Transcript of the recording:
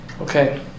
Okay